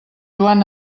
joan